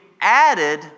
added